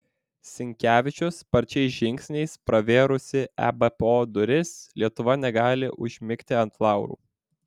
sinkevičius sparčiais žingsniais pravėrusi ebpo duris lietuva negali užmigti ant laurų